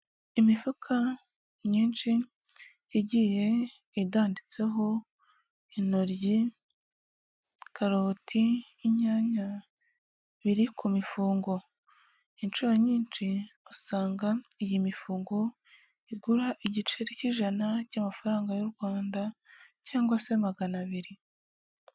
Imifuka myinshi yagiye itanditseho intoryi, karoti, inyanya biri ku mifungo, inshuro nyinshi usanga iyi mifungo igura igiceri cy'ijana cy'amafaranga y'u Rwanda cyangwa se magana abiri.